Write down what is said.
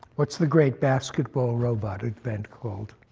what's the great basketball robot event called?